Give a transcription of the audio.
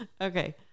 Okay